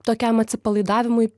tokiam atsipalaidavimui